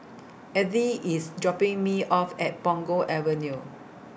Edythe IS dropping Me off At Punggol Avenue